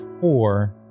four